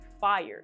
fired